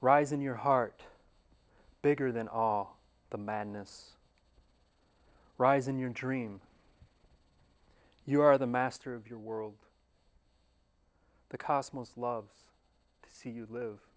rise in your heart bigger than all the madness rise in your dream you are the master of your world the cosmos love to see you live